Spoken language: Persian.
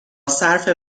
صرف